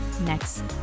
next